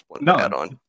no